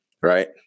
right